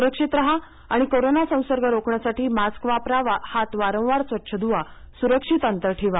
सुरक्षित राहा आणि कोरोना संसर्ग रोखण्यासाठी मास्क वापरा हात वारंवार स्वच्छ धुवा सुरक्षित अंतर ठेवा